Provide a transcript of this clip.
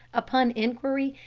upon inquiry,